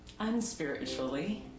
unspiritually